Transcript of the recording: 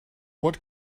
what